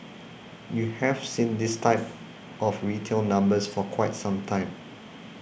you have seen this type of retail numbers for quite some time